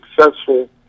successful